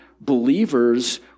believers